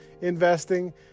investing